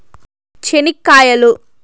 చెనిక్కాయలు